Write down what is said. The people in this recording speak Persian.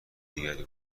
دیگری